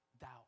doubt